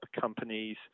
companies